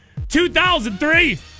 2003